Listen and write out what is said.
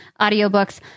audiobooks